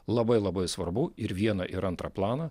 labai labai svarbu ir vieną ir antrą planą